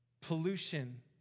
pollution